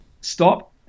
Stop